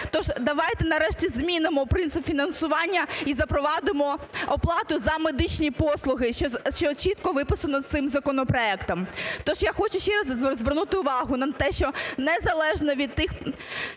Тож нарешті давайте змінимо принцип фінансування і запровадимо оплату за медичні послуги, що чітко виписано цим законопроектом. То ж я хочу ще раз звернути увагу на те, що незалежно від тих